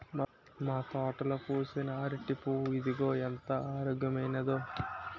మా తోటలో పూసిన అరిటి పువ్వు ఇదిగో ఎంత ఆరోగ్యమైనదో